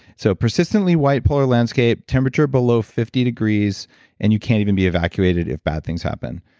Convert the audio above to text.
so persistently, white polar landscape, temperature below fifty degrees and you can't even be evacuated if bad things happen.